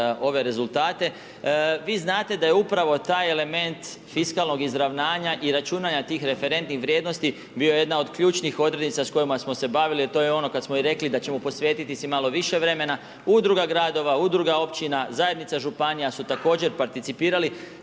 ove rezultate. Vi znate da je upravo taj element fiskalnog izravnanja i računanja tih referentnih vrijednosti bio jedna od ključnih odrednica s kojima smo se bavili, a to je ono i kad smo rekli da ćemo se posvetiti si malo više vremena, Udruga gradova, Udruga općina, zajednica županija su također participirali